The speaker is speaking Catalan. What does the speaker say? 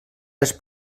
les